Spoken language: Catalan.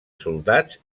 soldats